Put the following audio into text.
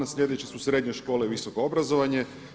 A sljedeći su srednje škole i visoko obrazovanje.